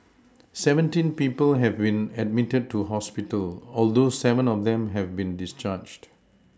seventeen people have been admitted to hospital although seven of them have been discharged